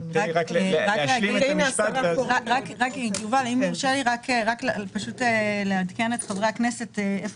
אם יורשה לי לעדכן את חברי הכנסת איפה